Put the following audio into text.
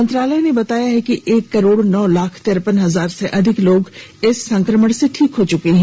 मंत्रालय ने बताया है कि एक करोड नौ लाख तिरपन हजार से अधिक लोग इस संक्रमण से ठीक हो चुके हैं